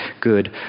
good